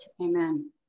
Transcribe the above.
Amen